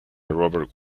robert